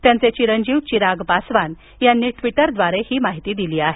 त्यांचे चिरजीव चिराग पासवान यांनी ट्वीटरद्वारे हि माहिती दिली आहे